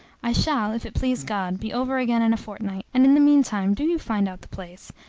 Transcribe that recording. i shall, if it please god, be over again in a fortnight, and in the mean time, do you find out the place,